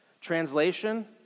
Translation